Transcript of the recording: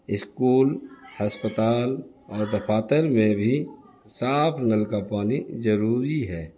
school ہسپتال اور دفاتر میں بھی صاف نل کا پانی ضروری ہے